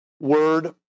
word